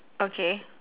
okay